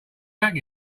back